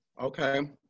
Okay